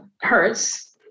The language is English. hurts